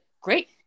great